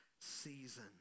season